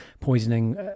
poisoning